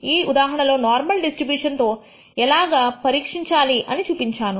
ఈ ఉదాహరణలు లో నార్మల్ డిస్ట్రిబ్యూషన్ తో ఎలాగా పరీక్షించాలి అని చూపించాను